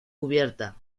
cubierta